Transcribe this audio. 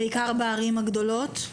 בעיקר בערים הגדולות?